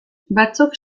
batzuk